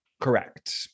Correct